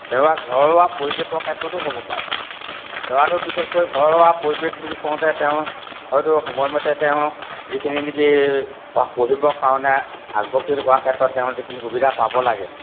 তেওঁলোকৰ ঘৰুৱা পৰিবেশৰ ক্ষেত্ৰতো হ'ব পাৰে ল'ৰাটো বিশেষকৈ ঘৰুৱা পৰিৱেশ বুলি কওঁতে তেওঁ হয়তো সময়মতে তেওঁ যিখিনি নেকি পঢ়িব কাৰণে আগ্ৰহী হোৱা ক্ষেত্ৰত তেওঁ যিখিনি সুবিধা পাব লাগে